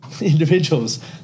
individuals